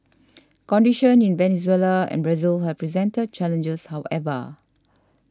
conditions in Venezuela and Brazil have presented challenges however